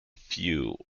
few